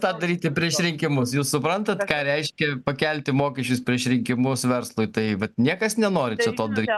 tą daryti prieš rinkimus jūs suprantat ką reiškia pakelti mokesčius prieš rinkimus verslui tai niekas nenori čia to daryt